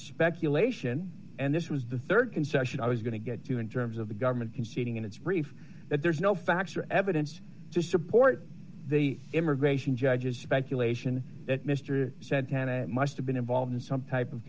speculation and this was the rd concession i was going to get to in terms of the government conceding in its brief that there's no facts or evidence to support the immigration judges speculation that mr santana must have been involved in some type of